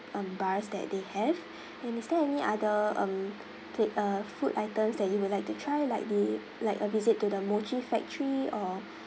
um bars that they have and is there any other um pla~ uh food items that you would like to try like the like a visit to the mochi factory or